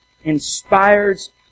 inspires